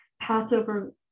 Passover